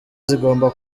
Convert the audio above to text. zigomba